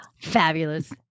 fabulous